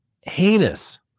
heinous